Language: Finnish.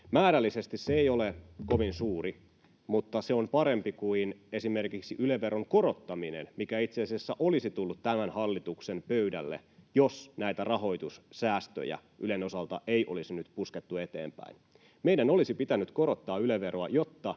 Määrällisesti se ei ole kovin suuri, mutta se on parempi kuin esimerkiksi Yle-veron korottaminen, mikä itse asiassa olisi tullut tämän hallituksen pöydälle, jos näitä rahoitussäästöjä Ylen osalta ei olisi nyt puskettu eteenpäin. Meidän olisi pitänyt korottaa Yle-veroa, jotta